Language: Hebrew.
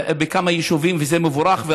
בכמה יישובים, וזה מבורך.